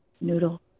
noodle